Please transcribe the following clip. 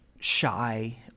shy